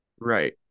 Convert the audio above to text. Right